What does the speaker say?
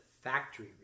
Factory